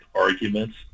arguments